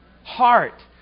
heart